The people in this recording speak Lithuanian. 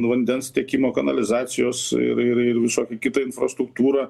vandens tiekimo kanalizacijos ir ir ir visokį kitą infrastruktūrą